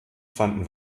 fanden